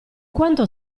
quanto